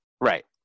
Right